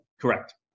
Correct